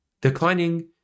Declining